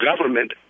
government